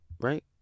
Right